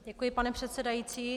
Děkuji, pane předsedající.